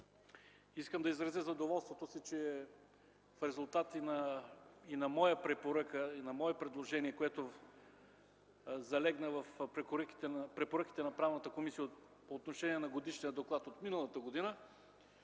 Искам да изразя задоволството си, че в резултат и на моя препоръка, и на мое предложение, което залегна в препоръките на Правната комисия по отношение на Годишния доклад от миналата година,